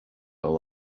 all